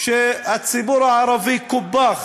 שהציבור הערבי קופח